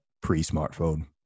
pre-smartphone